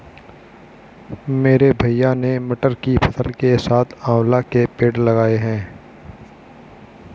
मेरे भैया ने मटर की फसल के साथ आंवला के पेड़ लगाए हैं